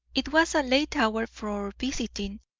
it was a late hour for visiting,